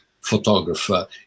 photographer